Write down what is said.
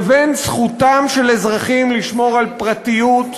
לבין זכותם של אזרחים לשמור על פרטיות,